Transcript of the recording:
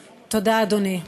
תודה, אדוני.